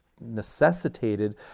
necessitated